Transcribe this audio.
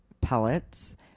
pellets